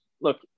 look